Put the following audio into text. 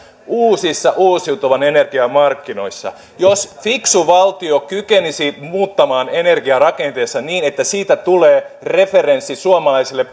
uusissa uusiutuvan energian markkinoissa jos fiksu valtio kykenisi muuttamaan energiarakenteensa niin että siitä tulee referenssi suomalaiselle